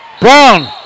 Brown